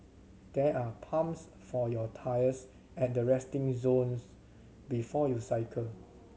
there are pumps for your tyres at the resting zones before you cycle